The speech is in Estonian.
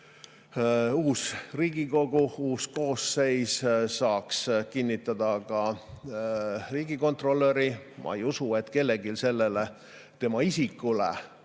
Uus Riigikogu koosseis saaks kinnitada ka riigikontrolöri. Ma ei usu, et kellelgi midagi tema isiku,